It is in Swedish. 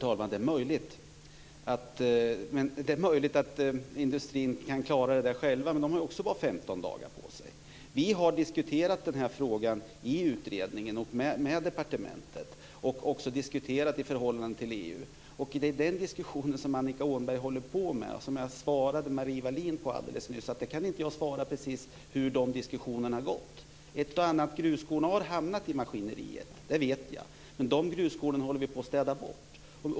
Fru talman! Det är möjligt att industrin kan klara detta själv. Men de har också bara 15 dagar på sig. Vi har diskuterat frågan i utredningen med departementet. Vi har också diskuterat den i förhållande till EU. Det är den diskussionen som Annika Åhnberg håller på med. Jag svarade Marie Wilén alldeles nyss att jag inte precis kan säga hur de diskussionerna har gått. Ett och annat gruskorn har hamnat i maskineriet. Det vet jag. Men de gruskornen håller vi på att städa bort.